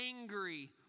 angry